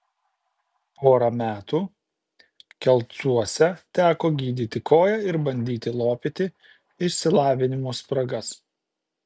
porą metų kelcuose teko gydyti koją ir bandyti lopyti išsilavinimo spragas